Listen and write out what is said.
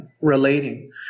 relating